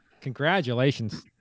Congratulations